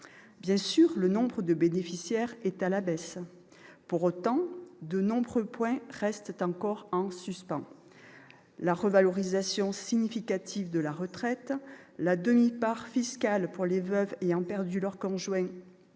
Bien sûr, le nombre de bénéficiaires est à la baisse. Pour autant, de nombreux points restent encore en suspens : la revalorisation significative de la retraite, la demi-part part fiscale pour les veuves ayant perdu leur conjoint